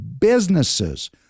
Businesses